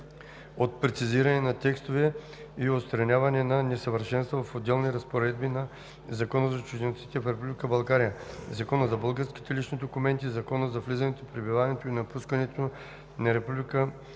от прецизиране на текстове и отстраняване на несъвършенства в отделни разпоредби на Закона за чужденците в Република България, Закона за българските лични документи, Закона за влизането, пребиваването и напускането на Република България